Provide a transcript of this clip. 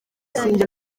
sinjya